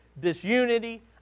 disunity